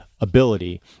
ability